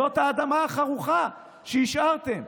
זאת האדמה החרוכה שהשארתם.